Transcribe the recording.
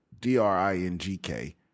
D-R-I-N-G-K